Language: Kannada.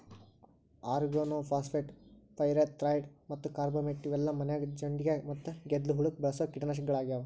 ಆರ್ಗನೋಫಾಸ್ಫೇಟ್, ಪೈರೆಥ್ರಾಯ್ಡ್ ಮತ್ತ ಕಾರ್ಬಮೇಟ್ ಇವೆಲ್ಲ ಮನ್ಯಾಗ ಜೊಂಡಿಗ್ಯಾ ಮತ್ತ ಗೆದ್ಲಿ ಹುಳಕ್ಕ ಬಳಸೋ ಕೇಟನಾಶಕಗಳಾಗ್ಯಾವ